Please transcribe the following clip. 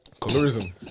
Colorism